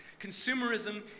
Consumerism